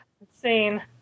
insane